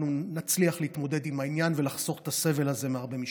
נצליח להתמודד עם העניין ולחסוך את הסבל הזה מהרבה משפחות.